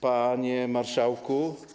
Panie Marszałku!